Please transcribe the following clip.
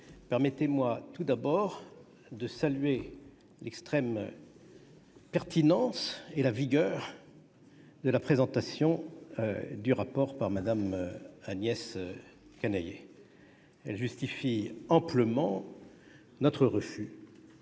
permettez-moi tout d'abord de saluer l'extrême pertinence et la vigueur de la présentation du rapport de la commission des lois par Mme Agnès Canayer. Elle justifie amplement notre refus